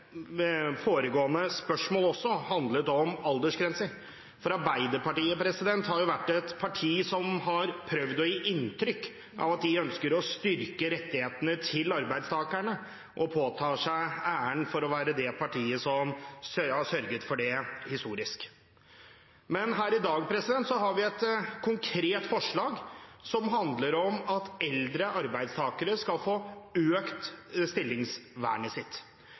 foregående spørsmål handlet om aldersgrenser, for Arbeiderpartiet har jo vært et parti som har prøvd å gi inntrykk av at de ønsker å styrke rettighetene til arbeidstakerne, og påtar seg æren for å være det partiet som har sørget for det historisk. Her i dag har vi et konkret forslag som handler om at eldre arbeidstakere skal få økt stillingsvernet sitt,